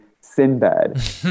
Sinbad